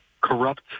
corrupt